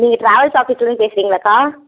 நீங்கள் ட்ராவல்ஸ் ஆஃபிஸ்லேர்ந்து பேசுறிங்களாக்கா